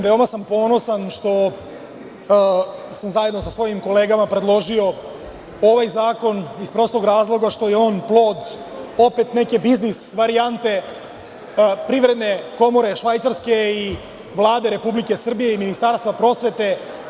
Veoma sam ponosan što sam zajedno sa svojim kolegama predložio ovaj zakon, iz prostog razloga što je on plod opet neke biznis varijante Privredne komore Švajcarske i Vlade Republike Srbije i Ministarstva prosvete.